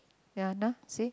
ya nah see